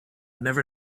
never